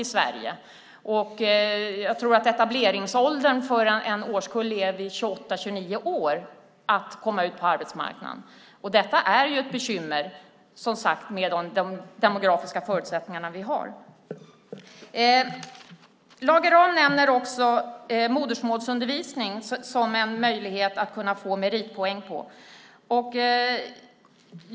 Jag tror också att åldern för etablering på arbetsmarknaden för en årskull är vid 28-29 år. Detta är ett bekymmer med de demografiska förutsättningar vi har. Lage Rahm nämner också modersmålsundervisning som en möjlighet för att få meritpoäng.